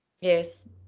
Yes